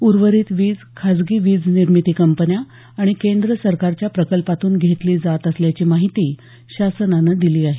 उर्वरित वीज खाजगी वीज निर्मिती कंपन्या आणि केंद्र सरकारच्या प्रकल्पातून घेतली जात असल्याची माहिती शासनानं दिली आहे